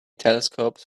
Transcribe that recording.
telescopes